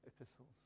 epistles